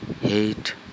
hate